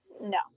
no